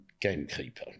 gamekeeper